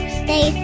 stay